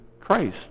Christ